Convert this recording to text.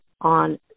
on